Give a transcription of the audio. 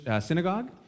synagogue